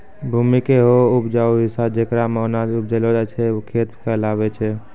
भूमि के हौ उपजाऊ हिस्सा जेकरा मॅ अनाज उपजैलो जाय छै खेत कहलावै छै